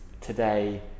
today